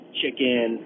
chicken